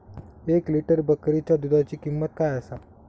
एक लिटर बकरीच्या दुधाची किंमत काय आसा?